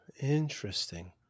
interesting